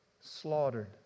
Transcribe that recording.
slaughtered